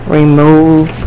remove